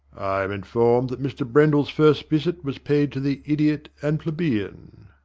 i am informed that mr. brendel's first visit was paid to the idiot and plebeian.